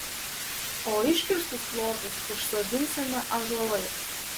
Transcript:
o iškirstus plotus užsodinsime ąžuolais